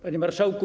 Panie Marszałku!